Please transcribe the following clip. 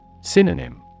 Synonym